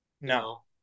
no